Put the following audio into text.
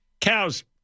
Cows